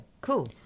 Cool